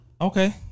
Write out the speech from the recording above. Okay